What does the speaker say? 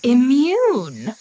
Immune